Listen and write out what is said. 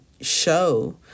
show